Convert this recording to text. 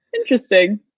Interesting